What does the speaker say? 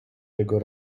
jego